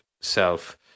self